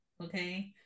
okay